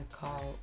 call